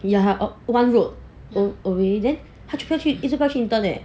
ya one road away then 他一直不要去 leh